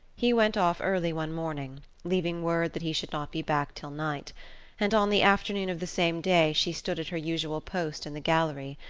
he went off early one morning, leaving word that he should not be back till night and on the afternoon of the same day she stood at her usual post in the gallery,